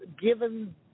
given